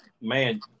man